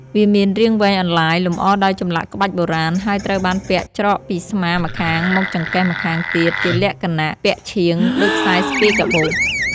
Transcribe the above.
វាមានរាងវែងអន្លាយ លម្អដោយចម្លាក់ក្បាច់បុរាណ ហើយត្រូវបានពាក់ច្រកពីស្មាម្ខាងមកចង្កេះម្ខាងទៀត ជាលក្ខណៈ ពាក់ឈៀង ដូចខ្សែស្ពាយកាបូប។